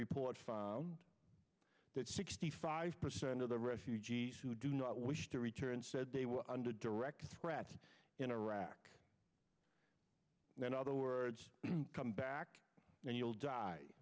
report found that sixty five percent of the refugees who do not wish to return said they were under direct threat in iraq and then other words come back and you'll die